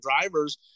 drivers